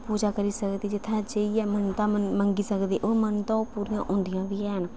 पूजा करी सकदे जित्थै जाइयै मन्नतां मंगी सकदे ओह् मन्नतां ओह् पूरियां होंदियां बी हैन